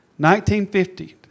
1950